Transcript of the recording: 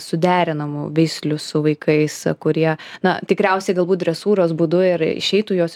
suderinamų veislių su vaikais kurie na tikriausiai galbūt dresūros būdu ir išeitų juos